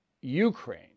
Ukraine